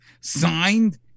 Signed